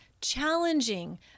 challenging